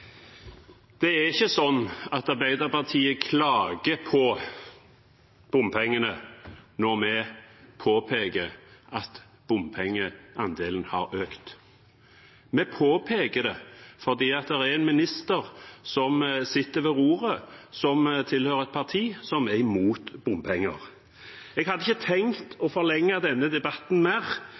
Det er ikke sånn at vi i Arbeiderpartiet klager på bompengene når vi påpeker at bompengeandelen har økt. Vi påpeker det fordi det er en minister som sitter ved roret som tilhører et parti som er imot bompenger. Jeg hadde ikke tenkt å forlenge denne debatten mer,